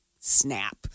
snap